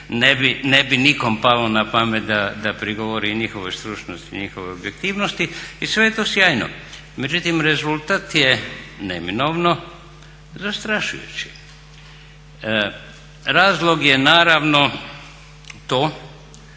ne bi nikom palo na pamet da prigovori i njihovoj stručnosti i njihovoj objektivnosti. I sve je to sjajno. Međutim, rezultat je neminovno zastrašujući. Razlog je naravno to